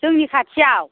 जोंनि खाथियाव